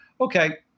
okay